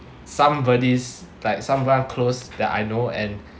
somebody's like someone close that I know and